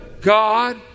God